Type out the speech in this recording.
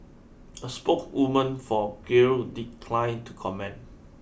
a spokeswoman for Grail declined to comment